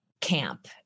camp